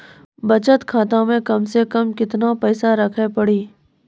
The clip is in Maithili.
बचत खाता मे कम से कम केतना पैसा रखे पड़ी?